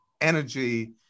energy